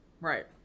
Right